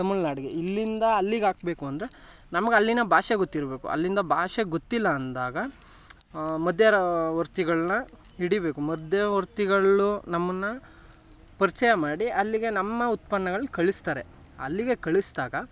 ತಮಿಳ್ ನಾಡಿಗೆ ಇಲ್ಲಿಂದ ಅಲ್ಲಿಗಾಕಬೇಕು ಅಂದರೆ ನಮಗೆ ಅಲ್ಲಿನ ಭಾಷೆ ಗೊತ್ತಿರಬೇಕು ಅಲ್ಲಿನ ಭಾಷೆ ಗೊತ್ತಿಲ್ಲ ಅಂದಾಗ ಮಧ್ಯವರ್ತಿಗಳನ್ನ ಹಿಡಿಬೇಕು ಮಧ್ಯವರ್ತಿಗಳು ನಮ್ಮನ್ನು ಪರಿಚಯ ಮಾಡಿ ಅಲ್ಲಿಗೆ ನಮ್ಮ ಉತ್ಪನ್ನಗಳ್ನ ಕಳಿಸ್ತಾರೆ ಅಲ್ಲಿಗೆ ಕಳಿಸಿದಾಗ